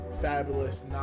Fabulous